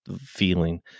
feeling